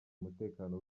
umutekano